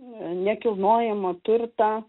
nekilnojamo turtą